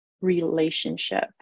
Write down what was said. relationship